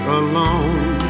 alone